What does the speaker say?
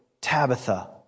Tabitha